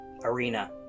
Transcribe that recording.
arena